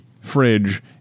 fridge